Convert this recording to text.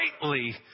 greatly